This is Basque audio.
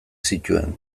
zituen